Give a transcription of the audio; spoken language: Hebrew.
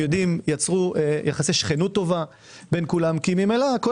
יצרו יחסי שכנות טובה בין כולם כי ממילא כל